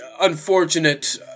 unfortunate